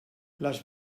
les